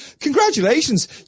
Congratulations